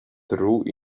true